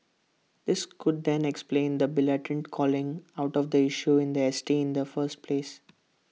this could then explain the blatant calling out of the issue in S T in the first place